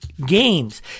games